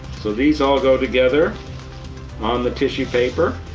so these all go together on the tissue paper.